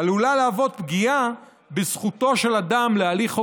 עלול להוות פגיעה בזכותו של אדם להליך הוגן,